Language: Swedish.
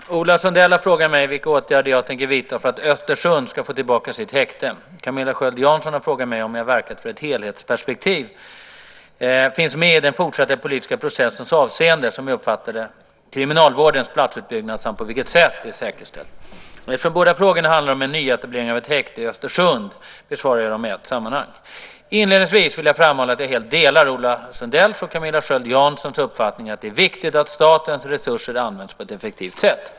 Herr talman! Ola Sundell har frågat mig vilka åtgärder jag tänker vidta för att Östersund ska få tillbaka sitt häkte. Camilla Sköld Jansson har frågat mig om jag verkat för att ett helhetsperspektiv finns med i den fortsatta politiska processen avseende - som jag uppfattat det - kriminalvårdens platsutbyggnad samt på vilket sätt det är säkerställt. Eftersom båda frågorna handlar om en nyetablering av ett häkte i Östersund besvarar jag dem i ett sammanhang. Inledningsvis vill jag framhålla att jag helt delar Ola Sundells och Camilla Sköld Janssons uppfattning att det är viktigt att statens resurser används på ett effektivt sätt.